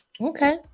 Okay